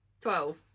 twelve